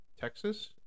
Texas